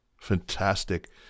Fantastic